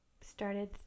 started